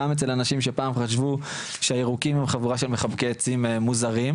גם אצל אנשים שפעם חשבו שהירוקים הם חבורה של מחבקי עצים מוזרים.